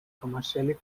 commercially